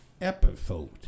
episode